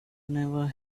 never